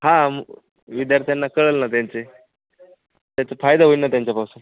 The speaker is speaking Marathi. हां म् विद्यार्थ्यांना कळंल ना त्यांचे त्याचा फायदा होईल ना त्यांच्यापासून